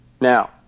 Now